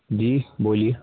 جی بولیے